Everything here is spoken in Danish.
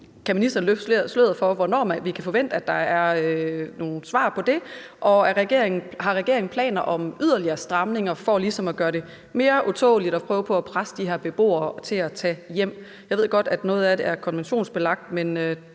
Kan ministeren løfte sløret for, hvornår vi kan forvente at der er nogle svar på det, og har regeringen planer om yderligere stramninger for ligesom at gøre det mere utåleligt og prøve på at presse de her beboere til at tage hjem? Jeg ved godt, at noget af det er konventionsbelagt, men